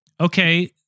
Okay